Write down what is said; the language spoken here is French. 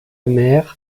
mère